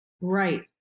Right